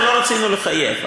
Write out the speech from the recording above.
אנחנו לא רצינו לחייב,